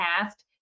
past